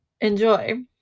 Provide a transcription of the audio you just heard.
Enjoy